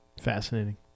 Fascinating